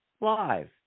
live